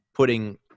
Putting